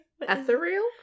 Ethereal